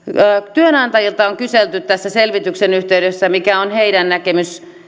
työnantajilta on kyselty selvityksen yhteydessä mikä on heidän näkemyksensä